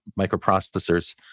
microprocessors